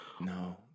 No